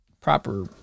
proper